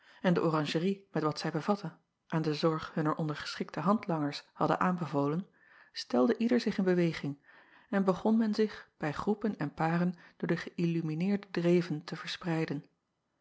en de oranjerie met wat zij bevatte aan de zorg hunner ondergeschikte handlangers hadden aanbevolen stelde ieder zich in beweging en begon men zich bij groepen en paren door de geïllumineerde dreven te verspreiden